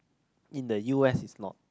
in the u_s is not